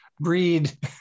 breed